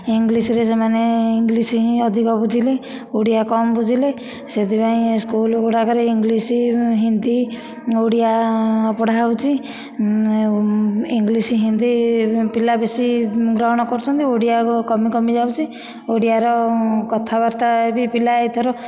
ଇଂଲିଶରେ ସେମାନେ ଇଂଲିଶ ହିଁ ଅଧିକ ବୁଝିଲେ ଓଡ଼ିଆ କମ ବୁଝିଲେ ସେଥିପାଇଁ ସ୍କୁଲ ଗୁଡ଼ାକରେ ଇଂଲିଶ ହିନ୍ଦୀ ଓଡ଼ିଆ ପଢ଼ା ହେଉଛି ଇଂଲିଶ ହିନ୍ଦୀ ପିଲା ବେଶି ଗ୍ରହଣ କରିଛନ୍ତି ଓଡ଼ିଆ କମି କମି ଯାଉଛି ଓଡ଼ିଆର କଥାବାର୍ତ୍ତା ବି ପିଲା ଏଥର